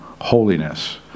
holiness